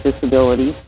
disabilities